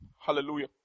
Hallelujah